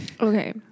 Okay